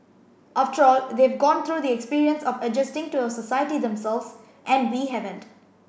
after all they've gone through the experience of adjusting to our society themselves and we haven't